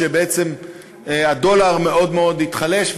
שבעצם הדולר מאוד ייחלש,